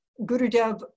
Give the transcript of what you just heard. Gurudev